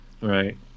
Right